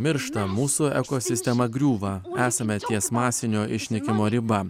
miršta mūsų ekosistema griūva esame ties masinio išnykimo riba